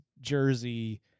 Jersey